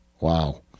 wow